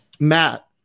Matt